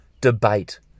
debate